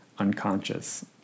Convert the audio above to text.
unconscious